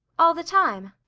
all the time?